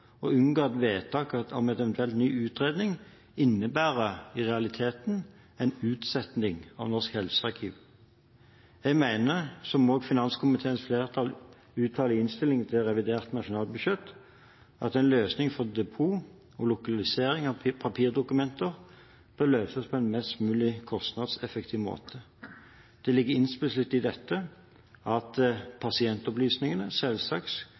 å unngå at vedtak om eventuell ny utredning i realiteten innebærer en utsetting av Norsk helsearkiv. Jeg mener – som også finanskomiteens flertall uttaler i innstillingen til revidert nasjonalbudsjett – at en løsning for depot og lokalisering av papirdokumenter bør løses på en mest mulig kostnadseffektiv måte. Det ligger implisitt i dette at pasientopplysningene selvsagt